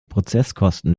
prozesskosten